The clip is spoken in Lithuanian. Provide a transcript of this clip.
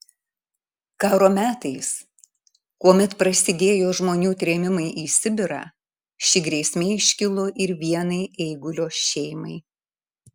karo metais kuomet prasidėjo žmonių trėmimai į sibirą ši grėsmė iškilo ir vienai eigulio šeimai